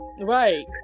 Right